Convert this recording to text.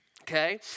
Okay